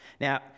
Now